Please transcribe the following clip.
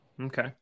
Okay